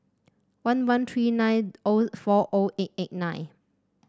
one one three nine O four O eight eight nine